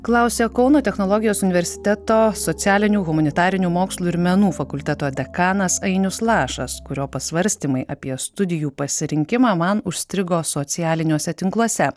klausia kauno technologijos universiteto socialinių humanitarinių mokslų ir menų fakulteto dekanas ainius lašas kurio pasvarstymai apie studijų pasirinkimą man užstrigo socialiniuose tinkluose